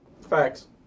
Facts